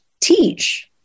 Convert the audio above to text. teach